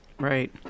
Right